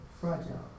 fragile